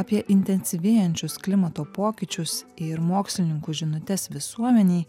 apie intensyvėjančius klimato pokyčius ir mokslininkų žinutes visuomenei